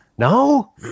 No